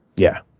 yeah.